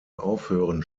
aufhören